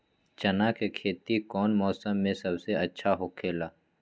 चाना के खेती कौन मौसम में सबसे अच्छा होखेला?